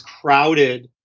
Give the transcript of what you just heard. crowded